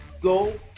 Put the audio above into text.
Go